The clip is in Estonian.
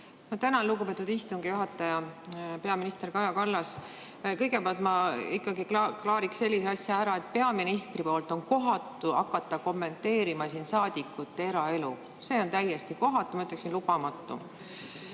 tänan, lugupeetud istungi juhataja! Peaminister Kaja Kallas! Kõigepealt ma ikkagi klaariks sellise asja ära, et peaministrist on kohatu hakata kommenteerima saadikute eraelu. See on täiesti kohatu, ma ütleksin, et lubamatu.